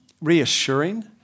reassuring